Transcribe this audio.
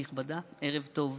טוב.